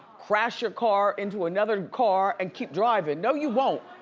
crash your car into another car and keep driving. no you won't.